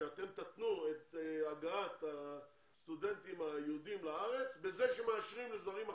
שאתם תתנו את הגעת הסטודנטים היהודים לארץ בזה שמאשרים לזרים אחרים.